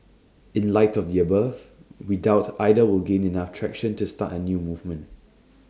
in light of the above we doubt either will gain enough traction to start A new movement